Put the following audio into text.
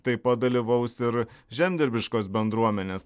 taip pat dalyvaus ir žemdirbiškos bendruomenės